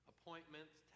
Appointments